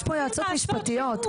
יש פה יועצות משפטיות.